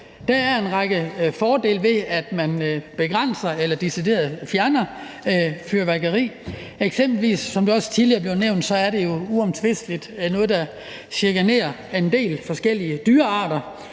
Der er en række fordele ved, at man begrænser eller decideret fjerner fyrværkeri. Som det også tidligere er blevet nævnt, er det jo uomtvisteligt noget, der generer en del forskellige dyrearter,